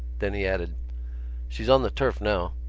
then he added she's on the turf now.